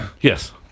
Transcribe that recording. Yes